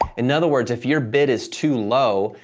in other words, if your bid is too low,